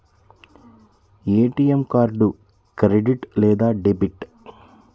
ATM card credit లేదా debit?